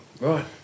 Right